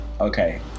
Okay